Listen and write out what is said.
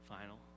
final